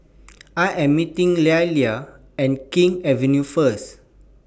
I Am meeting Lelia At King's Avenue First